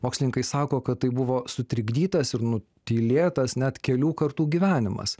mokslininkai sako kad tai buvo sutrikdytas ir nutylėtas net kelių kartų gyvenimas